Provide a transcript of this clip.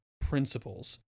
principles